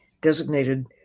designated